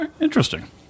Interesting